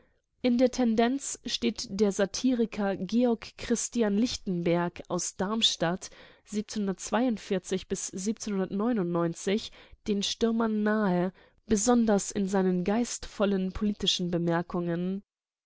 in der tendenz steht der satiriker georg christoph lichtenberg aus darmstadt den stürmern nahe besonders in seinen geistvollen politischen bemerkungen